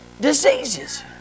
diseases